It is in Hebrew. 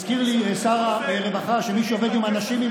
הזכיר לי שר הרווחה שמי שעובד עם אנשים עם